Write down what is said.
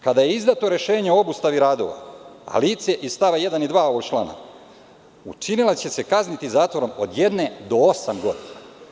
Kada je izdato rešenje o obustavi radova, a lice iz stava 1. i 2. ovog člana, učinilac će se kazniti zatvorom od jedne do osam godina.